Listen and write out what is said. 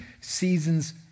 seasons